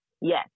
Yes